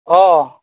অঁ